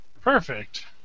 Perfect